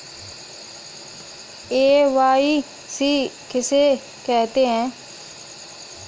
KYC किसे कहते हैं?